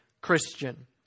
Christian